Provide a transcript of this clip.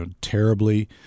terribly